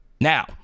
Now